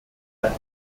der